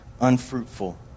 unfruitful